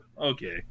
okay